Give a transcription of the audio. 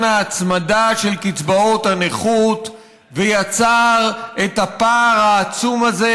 ההצמדה של קצבאות הנכות ויצר את הפער העצום הזה,